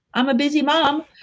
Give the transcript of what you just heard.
i'm a busy mom.